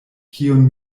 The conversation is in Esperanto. kiun